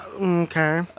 Okay